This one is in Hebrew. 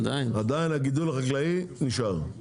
עדיין, הגידול החקלאי נשאר.